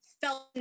felt